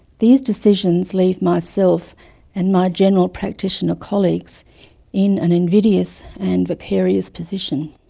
these decisions leave myself and my general practitioner colleagues in an invidious, and vicarious position.